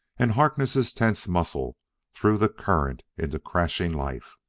and harkness' tense muscles threw the current into crashing life.